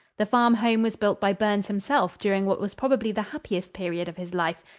the farm home was built by burns himself during what was probably the happiest period of his life,